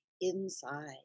inside